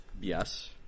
Yes